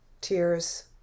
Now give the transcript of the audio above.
Tears